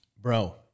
bro